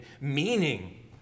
meaning